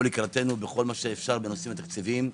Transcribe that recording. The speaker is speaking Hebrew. לקראתנו בכל מה שאפשר בנושאים התקציביים.